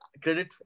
credit